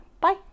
bye